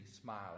smile